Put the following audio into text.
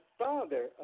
father